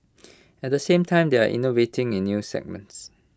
at the same time they are innovating in new segments